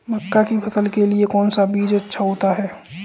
मक्का की फसल के लिए कौन सा बीज अच्छा होता है?